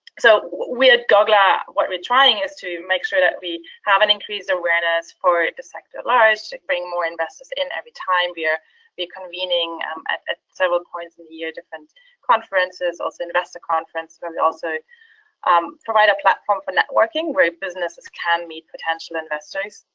so with gogla what we're trying is to make sure that we have an increased awareness for the sector at large to bring more investors in every time. we are convening um at at several points in the year, different conferences, also investor conference, where we also um provide a platform for networking, where businesses can meet potential investors.